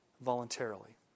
voluntarily